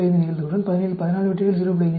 5 நிகழ்தகவுடன் 17 இல் 14 வெற்றிகள் 0